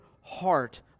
heart